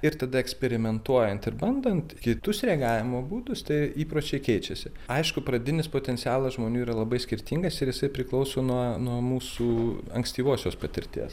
ir tada eksperimentuojant ir bandant kitus reagavimo būdus tie įpročiai keičiasi aišku pradinis potencialas žmonių yra labai skirtingas ir jisai priklauso nuo nuo mūsų ankstyvosios patirties